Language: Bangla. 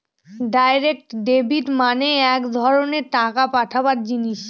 ডাইরেক্ট ডেবিট মানে এক ধরনের টাকা পাঠাবার জিনিস